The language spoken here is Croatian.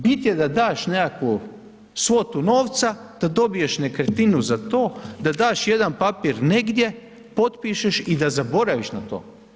Bit je da daš nekakvu svotu novca da dobiješ nekretninu za to, da daš jedan papir negdje, potpišeš i da zaboraviš na to.